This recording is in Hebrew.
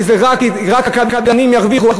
שרק הקבלנים ירוויחו?